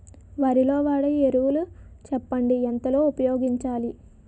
వరిలో వాడే ఎరువులు చెప్పండి? ఎంత లో ఉపయోగించాలీ?